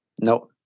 No